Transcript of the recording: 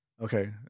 Okay